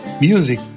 music